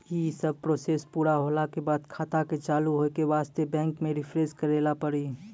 यी सब प्रोसेस पुरा होला के बाद खाता के चालू हो के वास्ते बैंक मे रिफ्रेश करैला पड़ी?